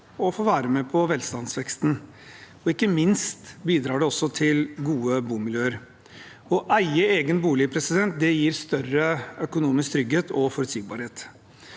og får være med på velstandsveksten. Ikke minst bidrar det til gode bomiljøer. Å eie egen bolig gir større økonomisk trygghet og forutsigbarhet.